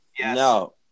no